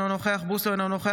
אינו נוכח יולי יואל אדלשטיין,